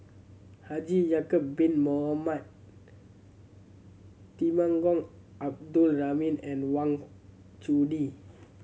Haji Ya'acob Bin Mohamed Temenggong Abdul Rahman and Wang Chunde